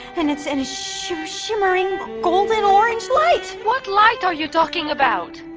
and it's in a sh-shimmering golden-orange light! what light are you talking about?